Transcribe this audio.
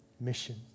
mission